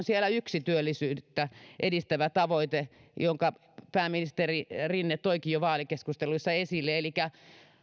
siellä yksi työllisyyttä edistävä tavoite jonka pääministeri rinne toikin jo vaalikeskusteluissa esille elikä